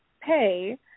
pay